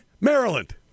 Maryland